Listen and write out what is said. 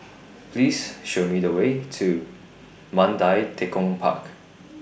Please Show Me The Way to Mandai Tekong Park